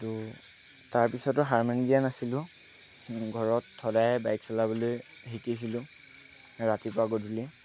তো তাৰপিছতো হাৰ মনি দিয়া নাছিলোঁ ঘৰত সদায় বাইক চলাবলৈ শিকিছিলোঁ ৰাতিপুৱা গধূলি